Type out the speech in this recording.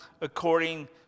according